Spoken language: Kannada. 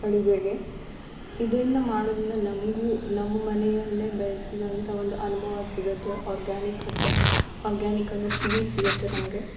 ಅಡುಗೆಗೆ ಇದರಿಂದ ಮಾಡುದಿಂದ ನಮಗೂ ನಮ್ಮ ಮನೆಯಲ್ಲೇ ಬೆಳ್ಸಿದಂಥ ಒಂದು ಅನ್ಭವ ಸಿಗತ್ತೆ ಆರ್ಗ್ಯಾನಿಕ್ ಅಥ್ವ ಆರ್ಗ್ಯಾನಿಕ್ ಅನ್ನೋ ಫೀಲ್ ಸಿಗತ್ತೆ ನಮಗೆ